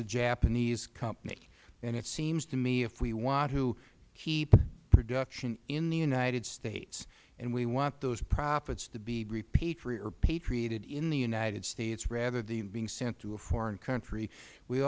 a japanese company and it seems to me if we want to keep production in the united states and we want those profits to be patriated in the united states rather than being sent to a foreign country we